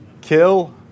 Kill